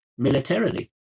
militarily